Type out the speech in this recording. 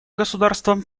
государствам